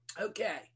Okay